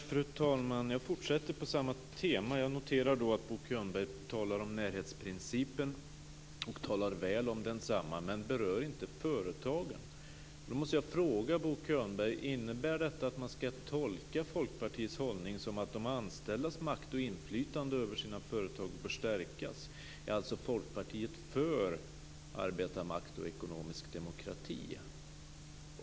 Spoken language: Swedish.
Fru talman! Jag fortsätter på samma tema. Jag noterar att Bo Könberg talar om närhetsprincipen och talar väl om densamma, men han berör inte företagen. Då måste jag fråga Bo Könberg om detta innebär att man skall tolka Folkpartiets hållning så att de anställdas makt och inflytande över sina företag bör stärkas. Är Folkpartiet för arbetarmakt och ekonomisk demokrati?